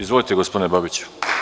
Izvolite, gospodine Babiću.